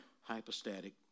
hypostatic